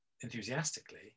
enthusiastically